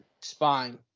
Spine